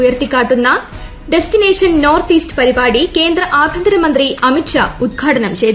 ഉയർത്തിക്കാട്ടുന്ന destination north east പരിപാടി കേന്ദ്രമന്ത്രി അമിത് ഷാ ഉദ്ഘാടനം ചെയ്തു